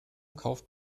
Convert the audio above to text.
kauft